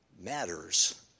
matters